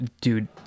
dude